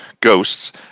Ghosts